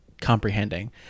comprehending